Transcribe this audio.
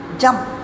jump